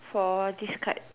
for this card